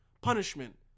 punishment